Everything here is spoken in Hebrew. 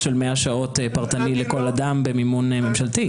של 100 שעות פרטני לכל אדם במימון ממשלתי.